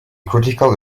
critical